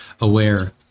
aware